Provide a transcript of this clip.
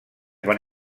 van